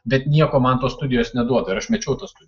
bet nieko man tos studijos neduoda ir aš mečiau tas studijas